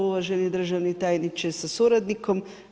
Uvaženi državni tajniče sa suradnikom.